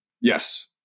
Yes